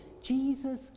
Jesus